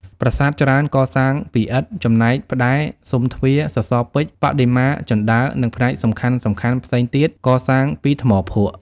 ប្រាសាទច្រើនកសាងពីឥដ្ឋ ចំណែកផ្តែរ ស៊ុមទ្វារ សសរពេជ្រ បដិមា ជណ្តើរ និង ផ្នែកសំខាន់ៗផ្សេងទៀតកសាងពីថ្មភក់។